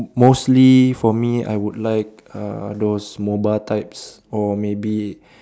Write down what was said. m~ mostly for me I would like uh those mobile types or maybe